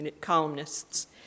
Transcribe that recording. Columnists